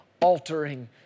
altering